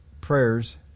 prayers